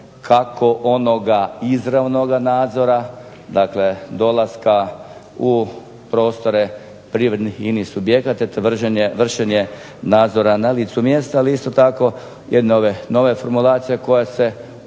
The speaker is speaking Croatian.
kako onoga izravnoga nadzora, dakle dolaska u prostore privrednih i inih subjekata te vršenje nadzora na licu mjesta, ali isto tako jedne ove nove formulacije koja se